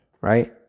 right